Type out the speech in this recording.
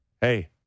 hey